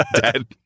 dead